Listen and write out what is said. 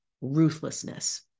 ruthlessness